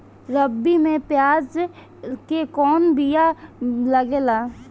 रबी में प्याज के कौन बीया लागेला?